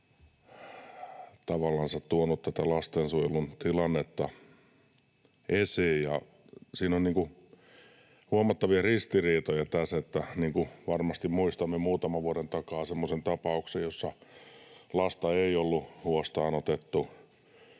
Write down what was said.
tuonut tätä lastensuojelun tilannetta esiin, ja siinä on huomattavia ristiriitoja. Varmasti muistamme muutaman vuoden takaa semmoisen tapauksen, jossa lasta ei ollut huostaanotettu.